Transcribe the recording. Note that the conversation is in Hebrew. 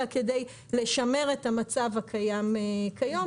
אלא כדי לשמר את המצב הקיים כיום,